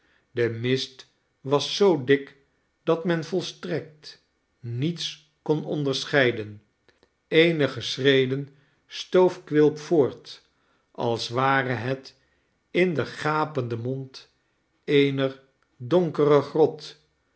de mist was zoo dik datmen volstrekt niets kon onderscheiden eenige schreden stoof quilp voort als ware het in den gapenden mond eener donkere grot